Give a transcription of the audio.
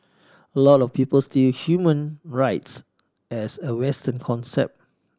a lot of people still human rights as a Western concept